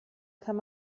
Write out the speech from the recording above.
kann